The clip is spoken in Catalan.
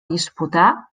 disputar